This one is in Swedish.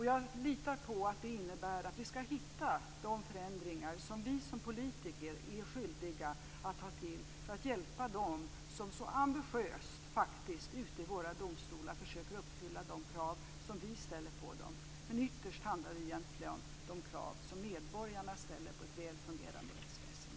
Jag litar på att det innebär att vi ska hitta de förändringar som vi som politiker är skyldiga att ta till för att hjälpa dem som så ambitiöst, faktiskt, ute i våra domstolar försöker uppfylla de krav som vi ställer på dem. Men ytterst handlar det egentligen om de krav som medborgarna ställer på ett väl fungerande rättsväsende.